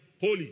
holy